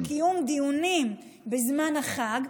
שהיא חרדית דתית, קיום דיונים בזמן החג,